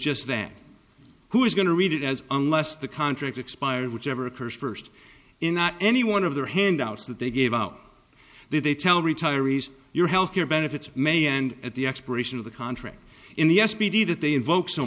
just that who is going to read it as unless the contract expired whichever occurs first in any one of their handouts that they gave out there they tell retirees your health care benefits may end at the expiration of the contract in the s p d that they invoke so